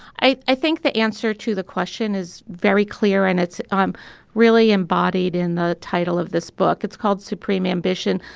i i think the answer to the question is very clear, and it's um really embodied in the title of this book. it's called supreme ambition,